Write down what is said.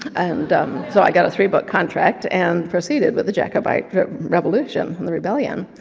and so i got a three book contract, and proceeded with the jacobite revolution, and the rebellion.